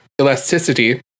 elasticity